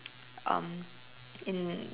um in